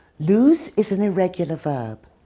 lose is an irregular verb.